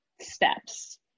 steps